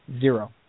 Zero